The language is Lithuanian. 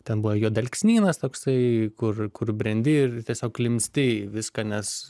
ten buvo juodalksnynas toksai kur kur brendi ir tiesiog klimsti į viską nes